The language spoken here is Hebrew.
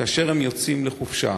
כאשר הם יוצאים לחופשה.